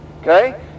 okay